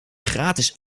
gratis